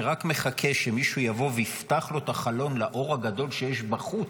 שרק מחכה שמישהו יבוא ויפתח לו את החלון לאור הגדול שיש בחוץ,